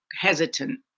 hesitant